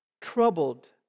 Troubled